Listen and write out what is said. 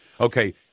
Okay